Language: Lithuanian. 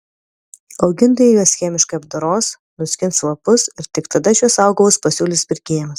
augintojai juos chemiškai apdoros nuskins lapus ir tik tada šiuos augalus pasiūlys pirkėjams